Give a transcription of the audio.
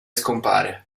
scompare